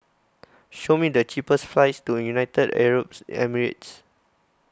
show me the cheapest flights to United Arab Emirates